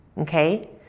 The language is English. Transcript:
Okay